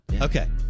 Okay